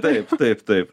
taip taip taip